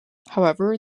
however